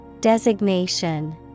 Designation